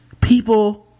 people